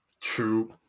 True